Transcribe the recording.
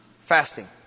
Fasting